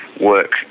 work